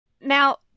Now